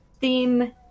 theme